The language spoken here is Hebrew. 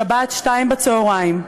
שבת, שתיים בצהריים,